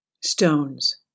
Stones